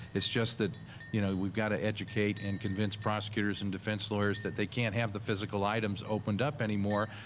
it's just that you know we've got to educate and convince prosecutors and defense lawyers lawyers that they can't have the physical items opened up anymore.